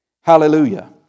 Hallelujah